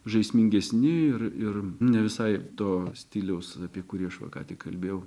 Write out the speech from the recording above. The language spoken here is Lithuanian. žaismingesni ir ir ne visai to stiliaus apie kurį aš va ką tik kalbėjau